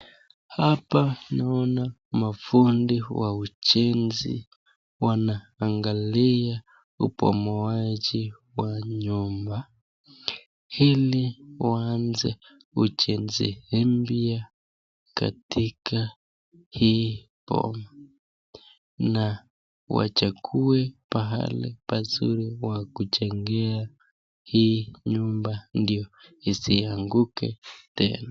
Hapa naona mafundi wa ujenzi wanaangalia ubomoaji wa nyumba, ili waanze ujenzi mpya katika hii boma na wachague pahali pazuri wa kujengea hii nyumba ndio isianguke tena.